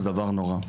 זה דבר נורא.